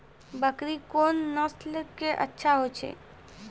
बकरी कोन नस्ल के अच्छा होय छै?